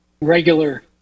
regular